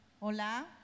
Hola